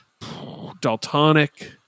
Daltonic